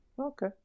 okay